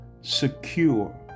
secure